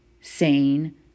sane